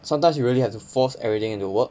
sometimes you really have to force everything into work